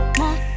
more